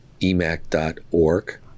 emac.org